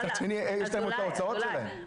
אבל מצד, יש להם את ההוצאות שלהם.